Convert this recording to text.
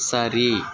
சரி